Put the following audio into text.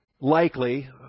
likely